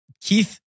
Keith